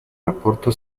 rapporto